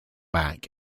back